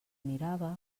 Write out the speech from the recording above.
mirava